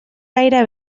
gaire